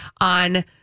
on